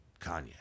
Kanye